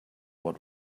what